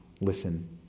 listen